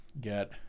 get